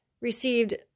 received